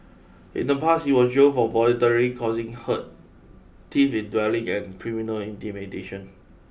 in the past he was jailed for voluntary causing hurt thief in dwelling and criminal intimidation